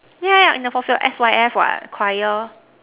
yeah yeah in the fourth field S_Y_F what choir